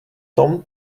tom